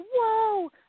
whoa